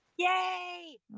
Yay